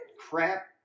crap